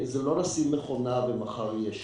שזה לא לשים מכונה ומחר יהיה שירות.